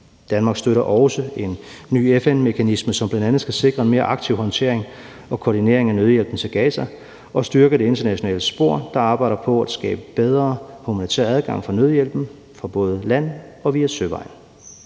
Danmark støtter også en ny FN-mekanisme, som bl.a. skal sikre en mere aktiv håndtering og koordinering af nødhjælpen til Gaza og styrke det internationale spor, der arbejder på at skabe bedre adgang for humanitær nødhjælp, både fra land og via søvejen.